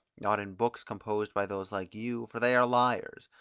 not in books composed by those like you, for they are liars,